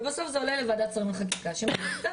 ובסוף זה עולה לוועדת שרים לחקיקה שממליצה.